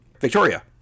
Victoria